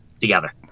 together